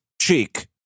cheek